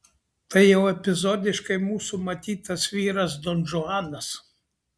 tai jau epizodiškai mūsų matytas vyras donžuanas